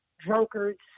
drunkards